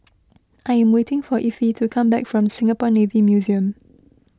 I am waiting for Effie to come back from Singapore Navy Museum